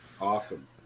Awesome